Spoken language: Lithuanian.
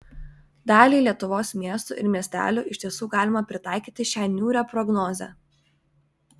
daliai lietuvos miestų ir miestelių iš tiesų galima pritaikyti šią niūrią prognozę